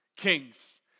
kings